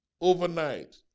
Overnight